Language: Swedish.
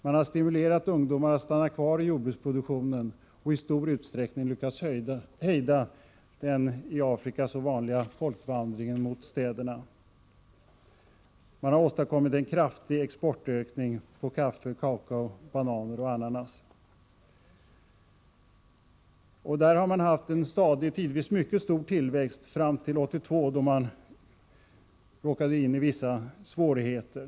Man har stimulerat ungdomar att stanna kvar i jordbruksproduktionen och i stor utsträckning lyckats hejda den i Afrika så vanliga folkvandringen till städerna. Man har åstadkommit en kraftig exportökning vad gäller kaffe, kakao, bananer och ananas. Man har haft en stadig, tidvis mycket stor, tillväxt fram till år 1982, då man råkade in i vissa svårigheter.